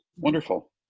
Wonderful